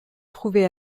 trouvait